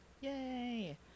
Yay